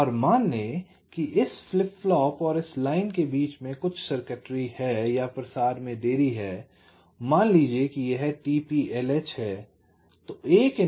और मान लें कि इस फ्लिप फ्लॉप और इस लाइन के बीच में कुछ सर्किटरी है या प्रसार में देरी है मान लीजिए कि यह t p lh है